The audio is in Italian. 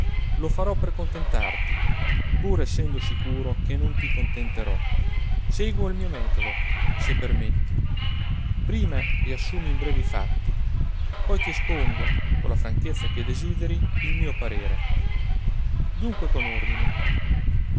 lo farò per contentarti pur essendo sicuro che non ti contenterò seguo il mio metodo se permetti prima riassumo in breve i fatti poi ti espongo con la franchezza che desideri il mio parere dunque con ordine